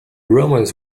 romans